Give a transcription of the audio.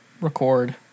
record